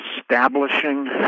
establishing